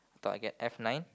thought I get F nine